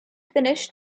finished